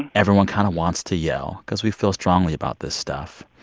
and everyone kind of wants to yell because we feel strongly about this stuff.